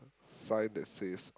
sign that says